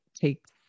takes